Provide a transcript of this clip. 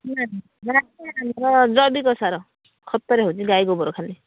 ଆମର ଜୈବିକ ସାର ଖତରେ ହେଉଛି ଗାଈ ଗୋବର ଖାଲି